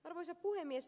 arvoisa puhemies